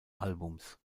albums